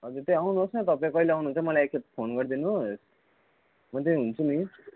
हजुर त्यहाँ आउनुहोस् न तपाईँ कहिले आउनुहुन्छ मलाई एकखेप फोन गरिदिनु होस् म त्यहीँ हुन्छु नि